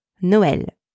Noël